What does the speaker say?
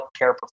Healthcare